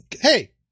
Hey